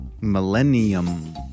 Millennium